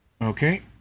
Okay